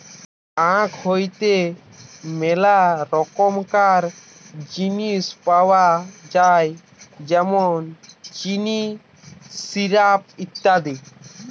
আখ হইতে মেলা রকমকার জিনিস পাওয় যায় যেমন চিনি, সিরাপ, ইত্যাদি